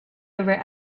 over